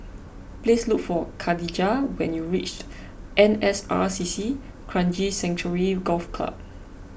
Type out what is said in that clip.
please look for Kadijah when you reach N S R C C Kranji Sanctuary Golf Club